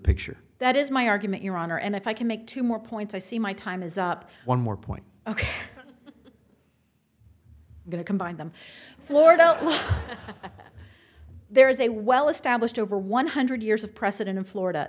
picture that is my argument your honor and if i can make two more points i see my time is up one more point ok going to combine them florida law there is a well established over one hundred years of precedent in florida